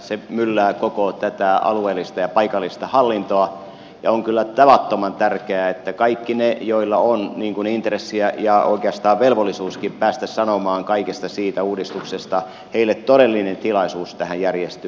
se myllää koko tätä alueellista ja paikallista hallintoa ja on kyllä tavattoman tärkeää että kaikille niille joilla on intressiä ja oikeastaan velvollisuuskin päästä sanomaan kaikesta siitä uudistuksesta heille todellinen tilaisuus tähän järjestyy